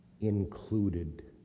included